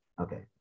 Okay